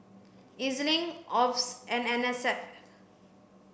E Z Link OBS and N S F